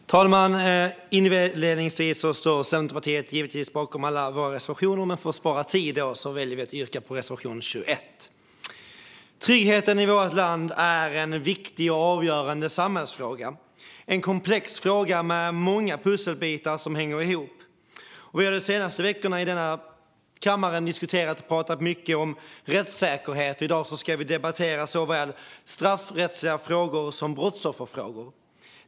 Herr talman! Inledningsvis vill jag säga att Centerpartiet givetvis står bakom alla sina reservationer, men för att spara tid väljer jag att yrka bifall enbart till reservation 21. Tryggheten i vårt land är en viktig och avgörande samhällsfråga. Det är en komplex fråga med många pusselbitar som hänger ihop. Under de senaste veckorna har vi i denna kammare talat mycket om rättssäkerhet, och i dag ska vi debattera såväl straffrättsliga frågor som brottsofferfrågor.